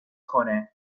کنه